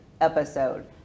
episode